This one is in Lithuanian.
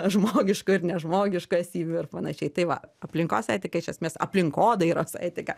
žmogiškų ir nežmogiškų esybių ir panašiai tai va aplinkos etika iš esmės aplinkodairos etika